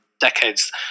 decades